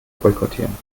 boykottieren